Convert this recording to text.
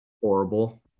Horrible